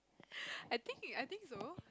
I think I think so